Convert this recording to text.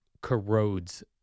corrodes